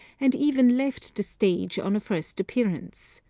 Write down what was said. and even left the stage on a first appearance.